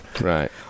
Right